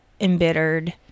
embittered